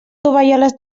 tovalloles